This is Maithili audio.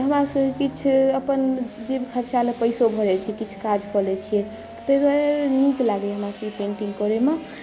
तऽ हमरासभक किछु अपन जेबखर्चा लऽ पैसों भऽ जाइ छै किछु काज कऽ लै छियै ताहि दुआरे नीक लागैया हमरासभके ई पेंटिंग करै मे